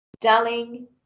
Darling